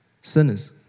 Sinners